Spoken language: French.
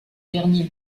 dernier